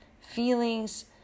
feelings